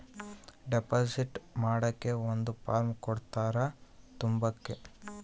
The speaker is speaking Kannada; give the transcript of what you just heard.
ಡೆಪಾಸಿಟ್ ಮಾಡಕ್ಕೆ ಒಂದ್ ಫಾರ್ಮ್ ಕೊಡ್ತಾರ ತುಂಬಕ್ಕೆ